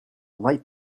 light